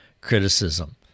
criticism